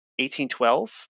1812